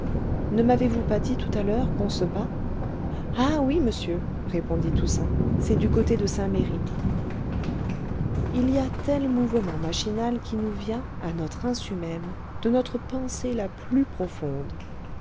ne m'avez-vous pas dit tout à l'heure qu'on se bat ah oui monsieur répondit toussaint c'est du côté de saint-merry il y a tel mouvement machinal qui nous vient à notre insu même de notre pensée la plus profonde